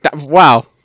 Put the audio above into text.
Wow